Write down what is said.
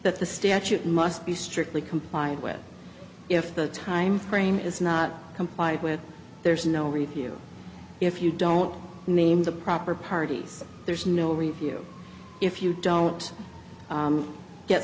the statute must be strictly complied with if the time frame is not complied with there's no review if you don't name the proper parties there's no review if you don't